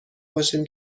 باشیم